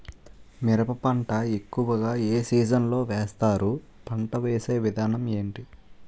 మిరప పంట ఎక్కువుగా ఏ సీజన్ లో వేస్తారు? పంట వేసే విధానం ఎంటి?